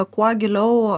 kuo giliau